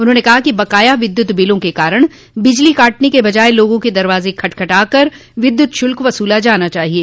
उन्होंने कहा कि बकाया विद्युत बिलों के कारण बिजली काटने के बजाये लोगों के दरवाजे खटखटाकर विद्युत शुल्क वसूला जाना चाहिये